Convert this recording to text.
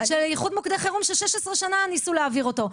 שאיחוד מוקדי חירום ש-16 שנה ניסו להעביר אותו.